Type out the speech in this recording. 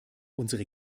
unsere